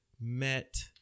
met